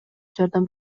жардам